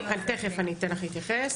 תיכף אני אתן לך להתייחס.